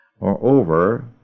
Moreover